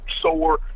sore